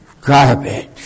Garbage